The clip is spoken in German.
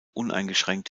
uneingeschränkt